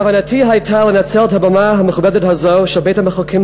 כוונתי הייתה לנצל את הבמה המכובדת הזאת של בית-המחוקקים